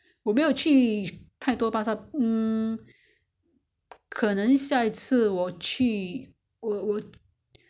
可能会有买的因为巴刹里面他们买很多东西 they sell a lot of thing so it's possible they do have this [one]